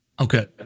Okay